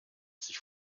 sich